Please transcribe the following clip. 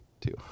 two